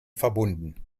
verbunden